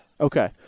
Okay